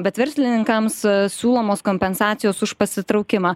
bet verslininkams siūlomos kompensacijos už pasitraukimą